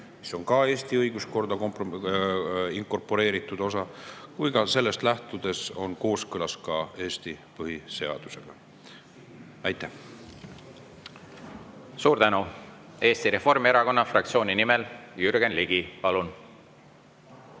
õigus on aga Eesti õiguskorda inkorporeeritud osa –, ning on sellest lähtudes kooskõlas ka Eesti põhiseadusega. Aitäh! Suur tänu! Eesti Reformierakonna fraktsiooni nimel Jürgen Ligi, palun!